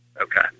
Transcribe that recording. Okay